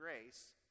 grace